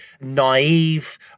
naive